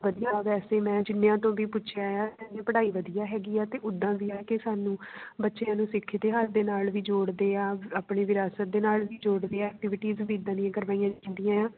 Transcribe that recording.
ਵਧੀਆ ਵੈਸੇ ਮੈਂ ਜਿੰਨਿਆਂ ਤੋਂ ਵੀ ਪੁੱਛਿਆ ਆ ਵੀ ਪੜ੍ਹਾਈ ਵਧੀਆ ਹੈਗੀ ਆ ਅਤੇ ਉਦਾਂ ਵੀ ਹੈ ਕਿ ਸਾਨੂੰ ਬੱਚਿਆਂ ਨੂੰ ਸਿੱਖ ਇਤਿਹਾਸ ਦੇ ਨਾਲ ਵੀ ਜੋੜਦੇ ਆ ਆਪਣੇ ਵਿਰਾਸਤ ਦੇ ਨਾਲ ਵੀ ਜੋੜਦੇ ਆ ਐਕਟੀਵਿਟੀਜ਼ ਵੀ ਇੱਦਾਂ ਦੀਆਂ ਕਰਵਾਈਆਂ ਜਾਂਦੀਆ ਆ